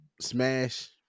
smash